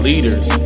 Leaders